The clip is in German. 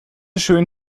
schön